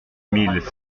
mille